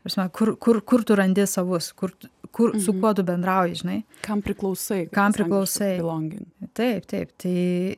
prasme kur kur kur tu randi savus kur kur su kuo tu bendrauji žinai kam priklausai kam priklausai longin taip taip tai